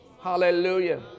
Hallelujah